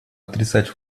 отрицать